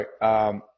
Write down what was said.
right